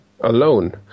Alone